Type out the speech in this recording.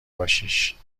باشیش